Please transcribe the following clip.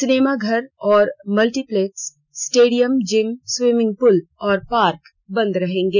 सिनेमाघर और multiplex stadium gym swimming pool और पार्क बंद रहेंगे